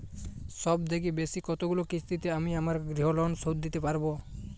সবথেকে বেশী কতগুলো কিস্তিতে আমি আমার গৃহলোন শোধ দিতে পারব?